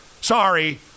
Sorry